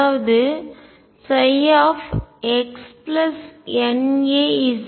அதாவது xNaψஆகும்